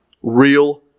Real